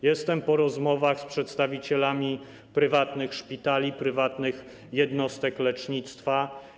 Jestem po rozmowach z przedstawicielami prywatnych szpitali, prywatnych jednostek lecznictwa.